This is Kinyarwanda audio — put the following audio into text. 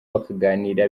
bakaganira